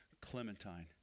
Clementine